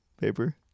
paper